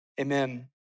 Amen